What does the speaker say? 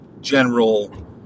general